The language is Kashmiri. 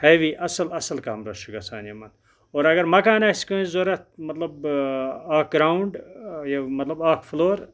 ہیوی اَصٕل اَصٕل کَمرَس چھُ گژھان یِمَن اور اگر مکان آسہِ کٲنٛسہِ ضوٚرَتھ مطلب اَکھ گرٛاوُنٛڈ یہِ مطلب اَکھ فٕلور